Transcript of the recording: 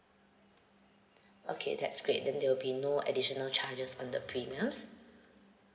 okay that'S_Great then there will be no additional charges on the premiums